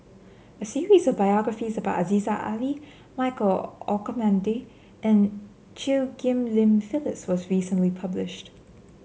a series of biographies about Aziza Ali Michael Olcomendy and Chew Ghim Lian Phyllis was recently published